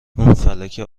فلکه